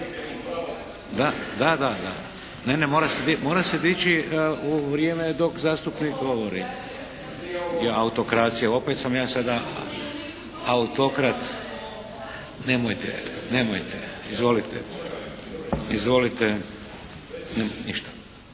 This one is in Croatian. Da, da, da. Ne, ne, mora se dići u vrijeme dok zastupnik govori. … /Upadica se ne razumije./ … Je autokracija, opet sam ja sada autokrat. Nemojte, nemojte. Izvolite. Izvolite. Ništa.